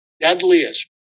deadliest